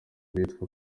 bitwa